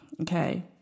Okay